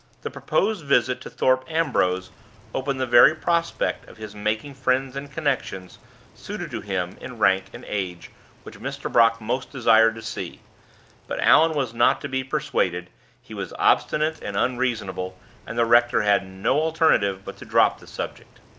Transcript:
the proposed visit to thorpe ambrose opened the very prospect of his making friends and connections suited to him in rank and age which mr. brock most desired to see but allan was not to be persuaded he was obstinate and unreasonable and the rector had no alternative but to drop the subject.